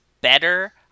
better